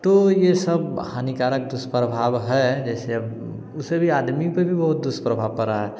तो यह सब हानिकारक दुष्प्रभाव है जैसे अब उसे भी आदमी पर भी बहुत दुष्प्रभाव पड़ा है